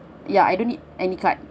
ya I don't need any card